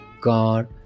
God